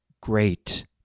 great